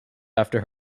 after